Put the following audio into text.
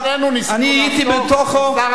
הייתי בתוך זה.